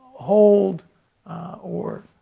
hold or